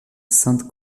saint